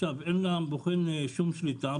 עכשיו אין לבוחן אין שום שליטה,